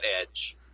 edge